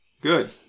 Good